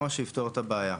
שיפתור את הבעיה.